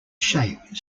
shape